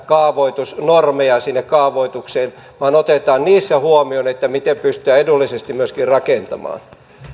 kaavoitusnormeja sinne kaavoitukseen vaan otetaan niissä huomioon miten pystytään edullisesti myöskin rakentamaan